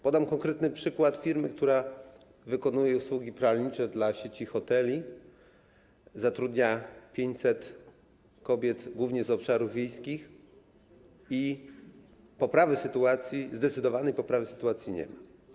Podam konkretny przykład firmy, która wykonuje usługi pralnicze dla sieci hoteli, zatrudnia 500 kobiet, głównie z obszarów wiejskich - poprawy sytuacji, zdecydowanej poprawy sytuacji nie ma.